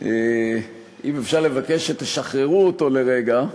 אם אפשר לבקש שתשחררו אותו לרגע,